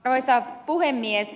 arvoisa puhemies